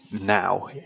now